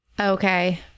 Okay